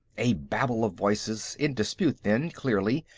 a babel of voices, in dispute then, clearly,